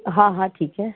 हाँ हाँ ठीक है